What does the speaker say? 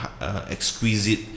exquisite